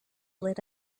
lit